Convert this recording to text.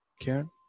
Karen